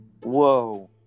Whoa